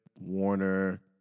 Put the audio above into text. warner